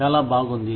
చాలా బాగుంది